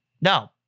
No